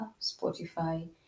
spotify